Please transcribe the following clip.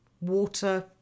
water